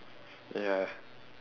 ya